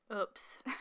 oops